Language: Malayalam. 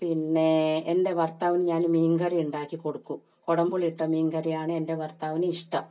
പിന്നെ എൻ്റെ ഭർത്താവിന് ഞാൻ മീൻ കറി ഉണ്ടാക്കിക്കൊടുക്കും കൊടം പുളി ഇട്ട മീൻ കറിയാണ് എൻ്റെ ഭർത്താവിന് ഇഷ്ടം